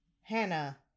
hannah